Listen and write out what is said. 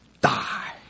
die